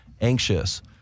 anxious